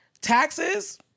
Taxes